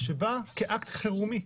שבא כאקט של חירום,